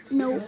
no